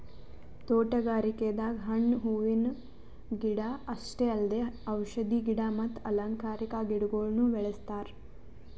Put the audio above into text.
ತೋಟಗಾರಿಕೆದಾಗ್ ಹಣ್ಣ್ ಹೂವಿನ ಗಿಡ ಅಷ್ಟೇ ಅಲ್ದೆ ಔಷಧಿ ಗಿಡ ಮತ್ತ್ ಅಲಂಕಾರಿಕಾ ಗಿಡಗೊಳ್ನು ಬೆಳೆಸ್ತಾರ್